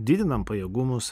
didinam pajėgumus